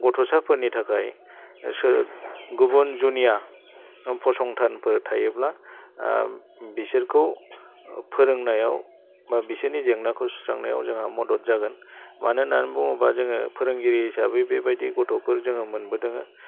गथ'साफोरनि थाखाय गुबुन जुनिया फसंथानफोर थायोब्ला बिसोरखौ फोरोंनायाव बा बिसोरनि जेंनाखौ सुस्रांनायाव जोंहा मदद जागोन मानो होनानै बुङोब्ला जोङो फोरोंगिरि हिसाबै बेबायदि गथ'फोर जों मोनबोदोङो